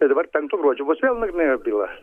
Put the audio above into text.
tai dabar penkto gruodžio bus vėl nagrinėjama byla